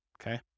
okay